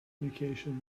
communication